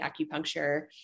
acupuncture